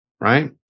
Right